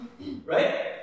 Right